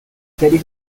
serie